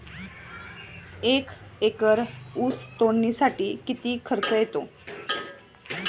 एक एकर ऊस तोडणीसाठी किती खर्च येतो?